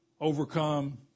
Overcome